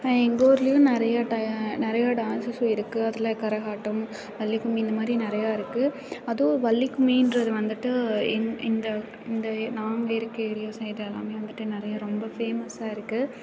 எங்கூர்லேயும் நிறையா நிறையா டான்ஸஸும் இருக்குது அதில் கரகாட்டம் வள்ளிக்கும்மி இந்த மாதிரி நிறையா இருக்குது அதுவும் வள்ளிக்கும்மின்றது வந்துட்டு இந்த இந்த இந்த நாங்கள் இருக்க ஏரியா சைடு எல்லாம் வந்துட்டு நிறைய ரொம்ப ஃபேமஸ்ஸாயிருக்கு